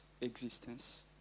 existence